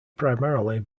primarily